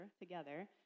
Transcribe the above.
together